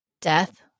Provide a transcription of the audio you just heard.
Death